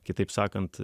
kitaip sakant